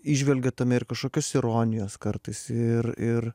įžvelgia tame ir kažkokios ironijos kartais ir ir